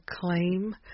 claim